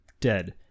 dead